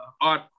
art